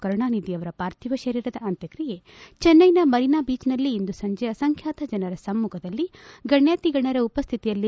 ಕರುಣಾನಿಧಿ ಅವರ ಪಾರ್ಥಿವ ಶರೀರದ ಅಂತ್ವಕ್ರಿಯೆ ಚೆನ್ನೈನ ಮರಿನಾ ಬೀಚ್ನಲ್ಲಿ ಇಂದು ಸಂಜೆ ಅಸಂಖ್ವಾತ ಜನರ ಸಮ್ಮಖದಲ್ಲಿ ಗಣ್ಯಾತಿಗಣ್ಯರ ಉಪಸ್ಥಿತಿಯಲ್ಲಿ